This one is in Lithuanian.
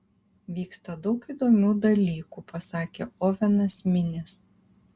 vyksta daug įdomių dalykų pasakė ovenas minis